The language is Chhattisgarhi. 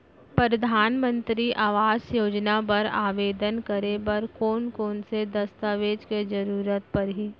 परधानमंतरी आवास योजना बर आवेदन करे बर कोन कोन से दस्तावेज के जरूरत परही?